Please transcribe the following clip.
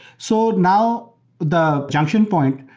so now the junction point,